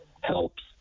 helps